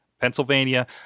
Pennsylvania